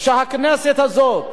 שהכנסת הזאת,